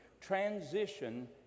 transition